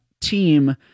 team